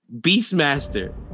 Beastmaster